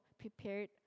prepared